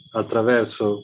attraverso